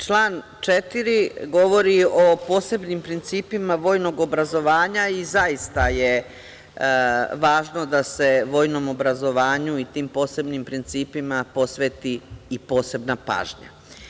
Član 4. govori o posebnim principima vojnog obrazovanja i zaista je važno da se vojnom obrazovanju i tim posebnim principima posveti i posebna pažnja.